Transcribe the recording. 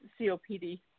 COPD